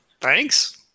Thanks